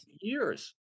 years